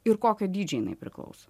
ir kokio dydžio jinai priklauso